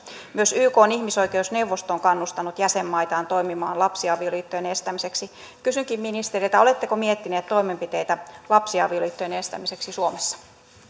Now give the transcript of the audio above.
myös ykn ihmisoikeusneuvosto on kannustanut jäsenmaitaan toimimaan lapsiavioliittojen estämiseksi kysynkin ministeriltä oletteko miettineet toimenpiteitä lapsiavioliittojen estämiseksi suomessa